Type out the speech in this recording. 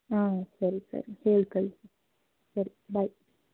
ಹಾಂ ಸರಿ ಸರ್ ಹೇಳಿ ಕಳಿಸಿ ಸರಿ ಬಾಯ್